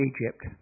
Egypt